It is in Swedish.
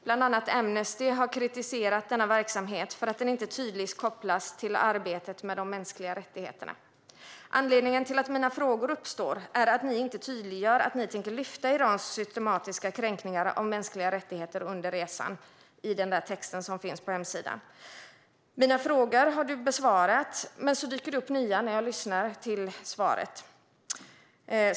Bland andra Amnesty har kritiserat denna verksamhet för att den inte tydligt kopplas till arbetet med de mänskliga rättigheterna. Anledningen till att mina frågor uppstår är att ni inte i texten som finns på hemsidan tydliggör att ni tänker lyfta Irans systematiska kränkningar av mänskliga rättigheter under resan. Mina frågor har du besvarat, Ann Linde, men det dyker upp nya när jag lyssnar till svaret.